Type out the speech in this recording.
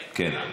כן.